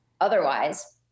otherwise